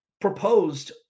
proposed